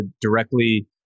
directly